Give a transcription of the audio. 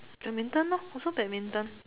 badminton lor also badminton